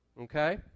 Okay